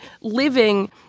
living